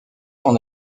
son